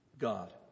God